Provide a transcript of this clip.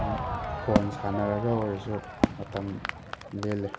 ꯑꯗꯨꯝ ꯐꯣꯟ ꯁꯥꯟꯅꯔꯒ ꯑꯣꯏꯔꯁꯨ ꯃꯇꯝ ꯂꯦꯜꯂꯤ